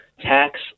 tax